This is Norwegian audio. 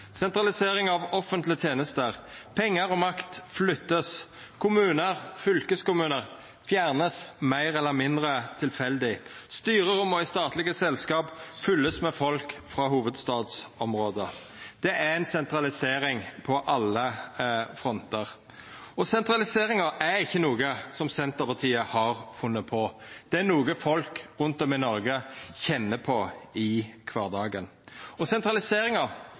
sentralisering av offentlege tenester, pengar og makt har vorte flytta, kommunar og fylkeskommunar har vorte fjerna meir eller mindre tilfeldig, styreromma i statlege selskap har vorte fylte av folk frå hovudstadsområdet. Det er sentralisering på alle frontar, og det er ikkje noko Senterpartiet har funne på. Det er noko folk rundt om i Noreg kjenner på i kvardagen. Og sentraliseringa